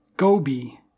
Gobi